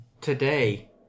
today